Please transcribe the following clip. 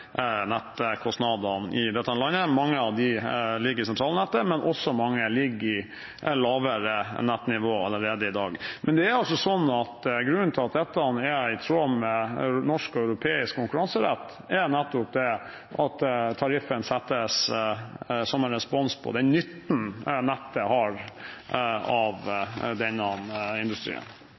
nettkostnadene i dette landet. Mange ligger i sentralnettet, men mange har lavere nettnivå allerede i dag. Grunnen til at dette er i tråd med norsk og europeisk konkurransenett, er nettopp at tariffen settes som respons på den nytten nettet har av denne industrien.